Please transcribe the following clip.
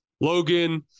Logan